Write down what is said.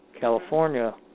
California